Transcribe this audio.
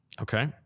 Okay